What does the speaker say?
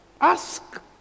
ask